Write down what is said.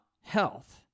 health